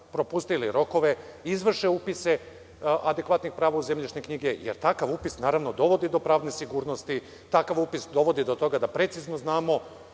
propustili rokove, izvrše upise adekvatnih prava u zemljišne knjige, jer takav upis naravno dovodi do pravne sigurnosti, takav upis dovodi do toga da precizno znamo